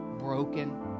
broken